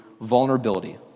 vulnerability